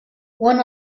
one